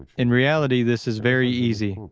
in reality, this is very easy.